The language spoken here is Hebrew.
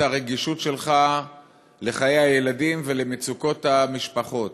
הרגישות שלך לחיי הילדים ולמצוקות המשפחות,